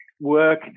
work